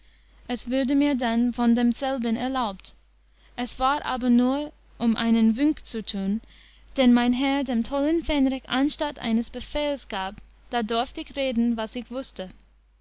es würde mir dann von demselben erlaubt es war aber nur um einen wünk zu tun den mein herr dem tollen fähnrich anstatt eines befehls gab da dorft ich reden was ich wußte